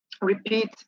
repeat